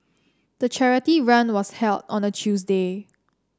the charity run was held on a Tuesday